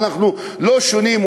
אנחנו לא שונים,